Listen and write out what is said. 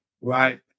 right